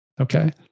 Okay